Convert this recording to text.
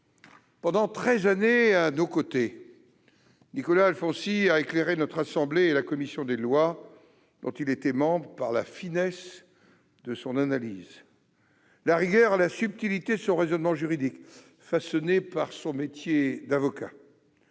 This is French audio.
Pendant treize années à nos côtés, Nicolas Alfonsi a éclairé notre assemblée et la commission des lois, dont il était membre, par la finesse de son analyse, la rigueur et la subtilité de son raisonnement juridique, façonné par son métier d'avocat.